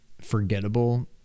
forgettable